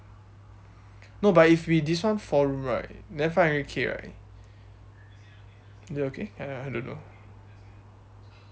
no but if we this one four room right then five hundred K right is it okay I I don't know